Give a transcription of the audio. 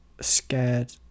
scared